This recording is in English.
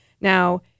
Now